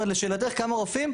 לשאלתך כמה רופאים?